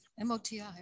M-O-T-I